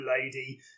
lady